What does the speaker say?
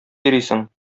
йөрисең